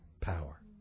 power